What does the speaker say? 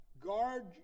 guard